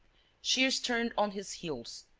shears turned on his heels,